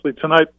tonight